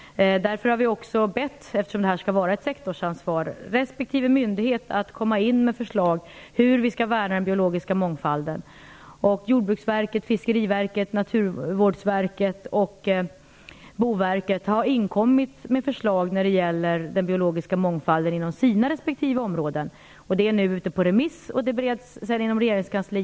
Eftersom detta skall vara ett sektorsansvar har vi bett respektive myndighet att komma in med förslag på hur vi skall värna den biologiska mångfalden. Jordbruksverket, Fiskeriverket, Naturvårdsverket och Boverket har inkommit med förslag inom sina respektive områden när det gäller den biologiska mångfalden. Frågan är nu ute på remiss. Den bereds sedan inom regeringskansliet.